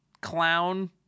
clown